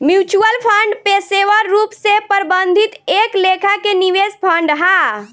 mutual fund पेशेवर रूप से प्रबंधित एक लेखा के निवेश फंड हा